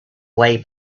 way